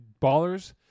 ballers